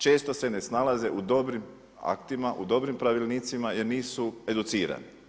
Često se ne snalaze u dobrim aktima, u dobrim pravilnicima jer nisu educirani.